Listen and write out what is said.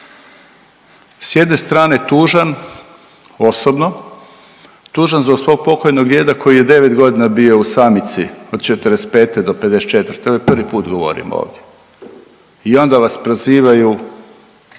S jedne strane tužan osobno. Tužan zbog svog pokojnog djeda koji je 9 godina bio u samici od '45. do '54., ovo prvi put govorim ovdje i onda vas prozivaju